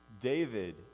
David